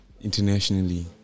Internationally